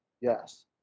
Yes